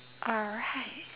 alright